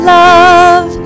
love